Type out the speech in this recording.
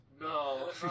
No